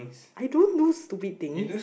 I don't do stupid things